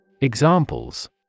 Examples